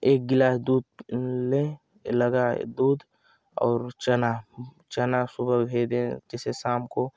एक गिलास दूध लें लगा दूध और चना चना सुबह भे दें जैसे शाम को